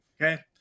okay